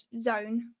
zone